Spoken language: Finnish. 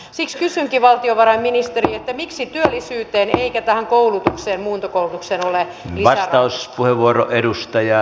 siksi kysynkin valtiovarainministeri miksei työllisyyteen eikä tähän muuntokoulutukseen ole lisärahoitusta